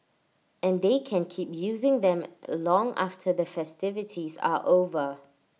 and they can keep using them long after the festivities are over